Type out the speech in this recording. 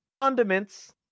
Condiments